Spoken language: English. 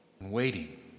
Waiting